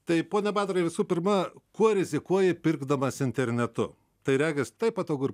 tai pone badarai visų pirma kuo rizikuoji pirkdamas internetu tai regis taip patogu ir